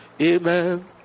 Amen